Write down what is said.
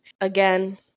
Again